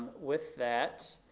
with that,